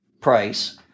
Price